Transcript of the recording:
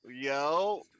Yo